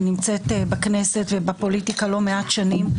אני נמצאת בכנסת ובפוליטיקה לא מעט שנים.